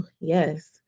Yes